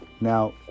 Now